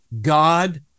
God